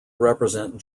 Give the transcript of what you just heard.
represent